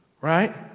Right